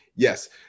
Yes